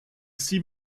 sie